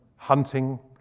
hunting,